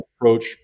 approach